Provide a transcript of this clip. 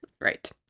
Right